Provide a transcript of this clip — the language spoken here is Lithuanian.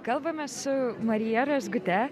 kalbamės su marija razgute